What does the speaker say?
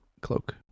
cloak